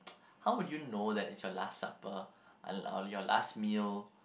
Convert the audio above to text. how would you know that it's your last supper unl~ or your last meal